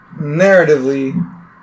narratively